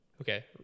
Okay